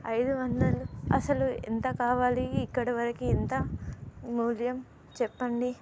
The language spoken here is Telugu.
ఐదు వందలు అసలు ఎంత కావాలి ఇక్కడ వరకు ఎంత మూల్యం చెప్పండి